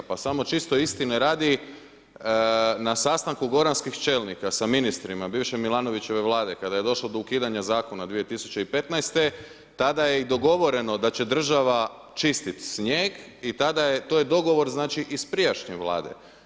Pa samo čisto istine radi na sastanku goranskih čelnika sa ministrima, bivše Milanovićeve Vlade kada je došlo do ukidanja zakona 2015. tada je i dogovoreno da će država čistiti snijeg i tada je, to je dogovor znači iz prijašnje Vlade.